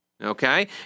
Okay